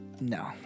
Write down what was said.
No